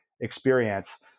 experience